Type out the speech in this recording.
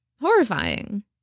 Horrifying